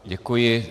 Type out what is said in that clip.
Děkuji.